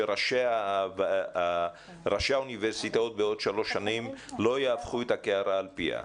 שראשי האוניברסיטאות בעוד שלוש שנים לא יהפכו את הקערה על פיה?